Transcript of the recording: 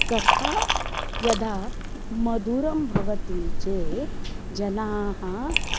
कथा यदा मधुरं भवति चेत् जनाः